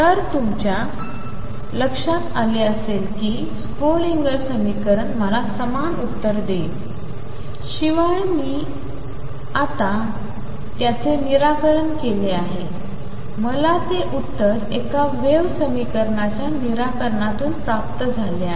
तर तुमच्या लक्षात आले असेल कि स्क्रोडिंगर समीकरण मला समान उत्तर देईल शिवाय मी आता त्याचे निराकरण केले आहे मला ते उत्तर एका वेव्ह समीकरणाच्या निराकरणातून प्राप्त झाले आहे